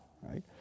right